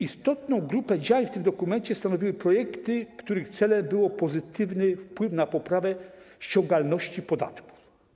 Istotną grupę w tym dokumencie stanowiły projekty, których celem był pozytywny wpływ na poprawę ściągalności podatku.